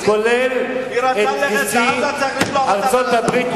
כולל נשיא ארצות-הברית,